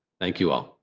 thank you all.